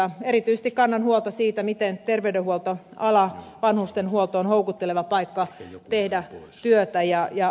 erityisesti kannan huolta siitä miten terveydenhuoltoala vanhustenhuolto on houkutteleva paikka tehdä työtä